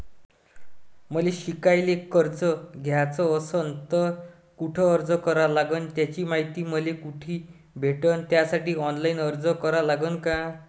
मले शिकायले कर्ज घ्याच असन तर कुठ अर्ज करा लागन त्याची मायती मले कुठी भेटन त्यासाठी ऑनलाईन अर्ज करा लागन का?